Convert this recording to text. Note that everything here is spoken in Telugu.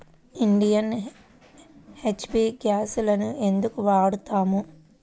ఇండియన్, హెచ్.పీ గ్యాస్లనే ఎందుకు వాడతాము?